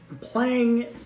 Playing